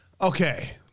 okay